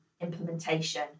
implementation